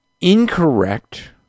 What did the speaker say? incorrect